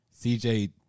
CJ